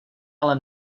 ale